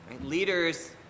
Leaders